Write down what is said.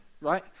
right